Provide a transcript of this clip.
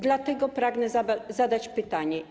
Dlatego pragnę zadać pytania.